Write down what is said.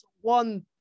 one